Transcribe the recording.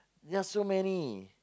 they're so many